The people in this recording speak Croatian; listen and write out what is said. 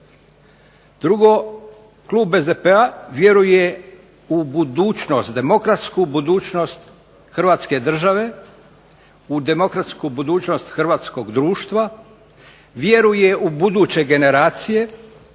Drugo, klub SDP-a vjeruje u budućnost, demokratsku budućnost Hrvatske države, u demokratsku budućnost hrvatskog društva, vjeruje u buduće generacije